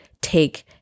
take